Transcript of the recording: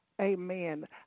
Amen